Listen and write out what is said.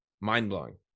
mind-blowing